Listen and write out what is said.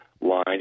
line